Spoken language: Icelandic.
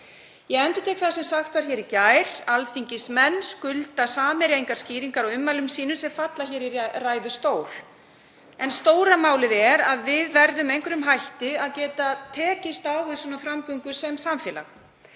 Ég endurtek það sem sagt var hér í gær: Alþingismenn skulda Samherja engar skýringar á ummælum sínum sem falla hér í ræðustól. En stóra málið er að við verðum með einhverjum hætti að geta tekist á við svona framgöngu sem samfélag.